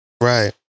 right